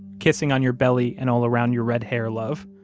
kissing on your belly and all around your red hair love.